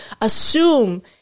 assume